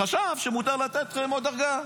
חשב שאפשר לתת עוד דרגה.